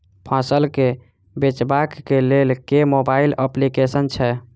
फसल केँ बेचबाक केँ लेल केँ मोबाइल अप्लिकेशन छैय?